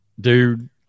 dude